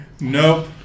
Nope